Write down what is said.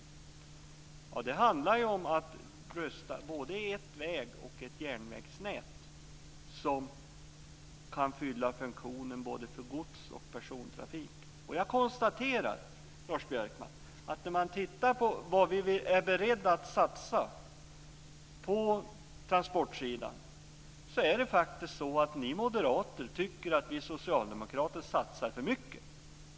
Det handlar om att rusta både ett vägnät och ett järnvägsnät som kan fungera för både godsoch persontrafik. Jag konstaterar, Lars Björkman, att när man tittar på vad vi är beredda att satsa på transportområdet tycker faktiskt ni moderater att vi socialdemokrater satsar för mycket.